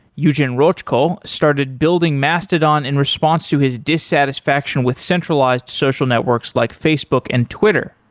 eugen rochko started building mastodon in response to his dissatisfaction with centralized social networks like facebook and twitter.